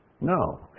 No